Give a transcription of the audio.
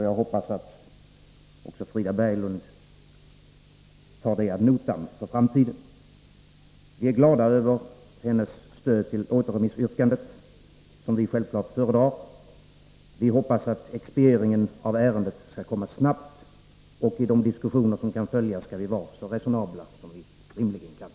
Jag hoppas att också Frida Berglund tar det ad notam för framtiden. Vi är glada över hennes stöd för återremissyrkandet, som vi självklart föredrar. Vi hoppas att expedieringen av ärendet skall komma snabbt, och i de diskussioner som kan följa skall vi vara så resonabla som vi rimligen kan.